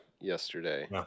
yesterday